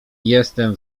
jestem